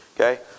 Okay